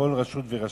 בכל רשות ורשות.